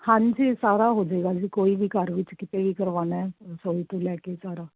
ਹਾਂਜੀ ਸਾਰਾ ਹੋ ਜਾਵੇਗਾ ਜੀ ਕੋਈ ਵੀ ਘਰ ਵਿੱਚ ਕਿਤੇ ਵੀ ਕਰਵਾਉਣਾ ਰਸੋਈ ਤੋਂ ਲੈ ਕੇ ਸਾਰਾ